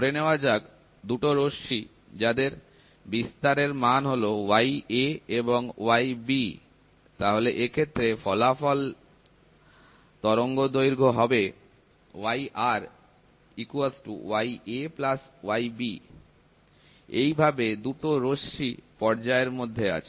ধরে নেওয়া যাক দুটো রশ্মি যাদের বিস্তারের মান হলো ya এবং ybতাহলে এক্ষেত্রে ফলাফল তরঙ্গদৈর্ঘ্য হবে এইভাবে দুটো রশ্মি পর্যায়ের মধ্যে আছে